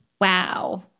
Wow